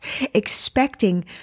expecting